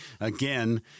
again